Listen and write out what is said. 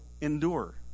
endure